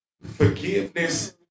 forgiveness